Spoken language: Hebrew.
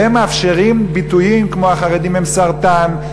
והם מאפשרים ביטויים כמו: החרדים הם סרטן,